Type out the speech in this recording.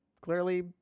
clearly